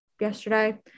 yesterday